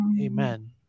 amen